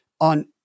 on